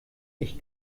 ich